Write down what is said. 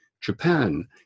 Japan